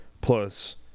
plus